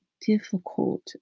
difficult